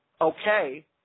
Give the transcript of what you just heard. okay